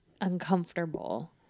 uncomfortable